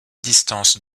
distance